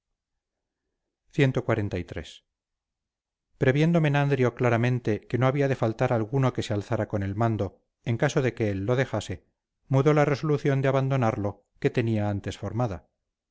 principales llamado telesarco cxliii previendo menandrio claramente que no había de faltar alguno que se alzara con el mando en caso de que él lo dejase mudó la resolución de abandonarlo que tenía antes formada